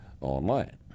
online